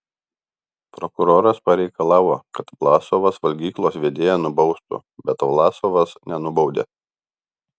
prokuroras pareikalavo kad vlasovas valgyklos vedėją nubaustų bet vlasovas nenubaudė